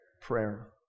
prayer